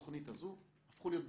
התוכנית הזאת הפכו להיות בייביסיטר,